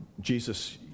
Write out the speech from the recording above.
Jesus